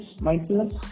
mindfulness